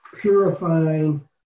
purifying